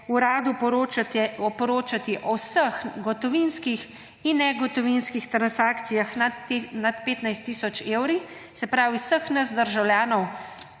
Uradu poročati o vseh gotovinskih in negotovinskih transakcijah nad 15 tisoč evri, se pravi vseh nas državljanov,